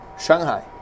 Shanghai